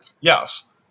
yes